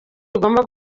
rigomba